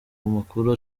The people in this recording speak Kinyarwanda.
makuru